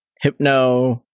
Hypno